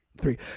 three